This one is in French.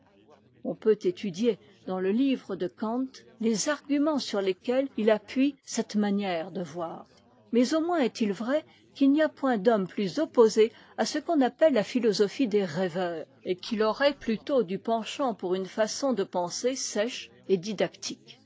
on peut étudier dans le livre de kant les arguments sur lesquels il appuie cette manière de voir mais au moins est-il vrai qu'il n'y a'point d'homme plus opposé à ce qu'on appelle la philosophie des rêveurs et qu'i aurait plutôt du penchant pour une façon de penser sèche et didactique